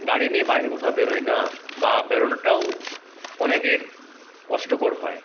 গাড়ি নিয়ে বাইরে কোথাও বেরোয় না বা বেরোনোটাও অনেকের কষ্টকর হয়